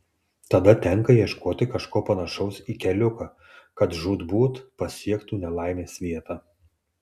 tada tenka ieškoti kažko panašaus į keliuką kad žūtbūt pasiektų nelaimės vietą